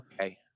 Okay